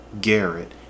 Garrett